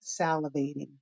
salivating